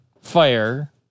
fire